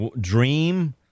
dream